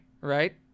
right